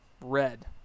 Red